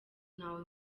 ntawe